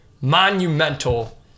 monumental